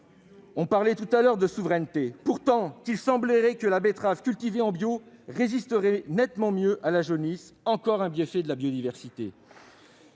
parlait tout à l'heure de souveraineté ! Or il semblerait que la betterave cultivée en bio résisterait nettement mieux à la jaunisse. C'est faux ! Encore un bienfait de la biodiversité.